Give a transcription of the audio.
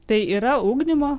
tai yra ugdymo